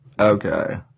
Okay